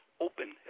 open